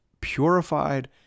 purified